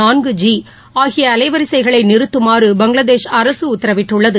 நான்கு ஜி ஆகிய அலைவரிசைகளை நிறுத்துமாறு பங்களாதேஷ் அரசு உத்தரவிட்டுள்ளது